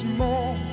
more